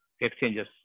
exchanges